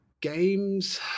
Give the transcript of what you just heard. games